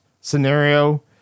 scenario